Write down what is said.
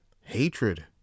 hatred